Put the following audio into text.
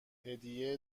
هدیه